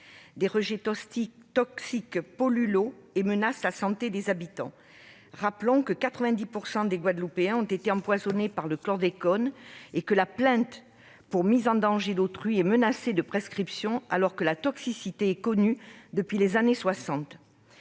Des rejets toxiques polluent l'eau et menacent la santé des habitants. Rappelons que 90 % des Guadeloupéens ont été empoisonnés par le chlordécone et que la plainte pour mise en danger de la vie d'autrui est menacée de prescription, alors que la toxicité de ce produit est connue depuis les années 1960.